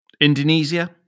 Indonesia